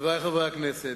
חברי חברי הכנסת,